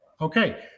Okay